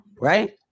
right